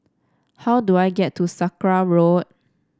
how do I get to Sakra Road